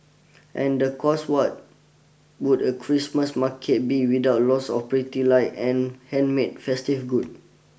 and the course what would a Christmas market be without lots of pretty lights and handmade festive goods